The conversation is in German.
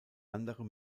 andere